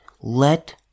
let